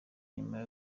nyuma